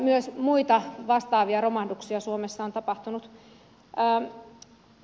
myös muita vastaavia romahduksia suomessa on tapahtunut